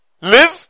live